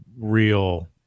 real